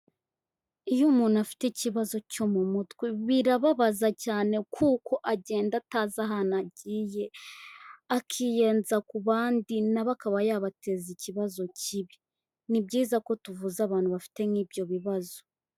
Iyo umuntu afite ikibazo cyo mu mutwe, birababaza cyane kuko agenda atazi ahantu agiye, akiyenza ku bandi na bo akaba yabateza ikibazo kibi. Ni byiza ko tuvuza abantu bafite nk'ibyo bibazo.